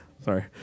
Sorry